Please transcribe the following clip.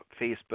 Facebook